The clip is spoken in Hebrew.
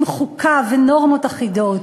עם חוקה ונורמות אחידות".